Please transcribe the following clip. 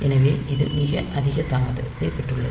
எனவே இது மிக அதிக தாமதத்தைப் பெற்றுள்ளது